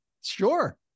Sure